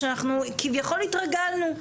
שאנחנו כביכול התרגלנו.